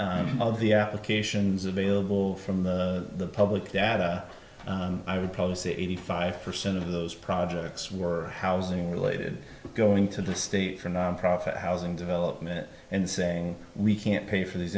all of the applications available from the public data i would pose the eighty five percent of those projects were housing related going to the state for nonprofit housing development and saying we can't pay for these